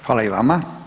Hvala i vama.